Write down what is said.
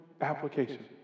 application